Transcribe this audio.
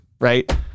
Right